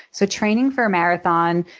so training for a marathon,